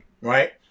Right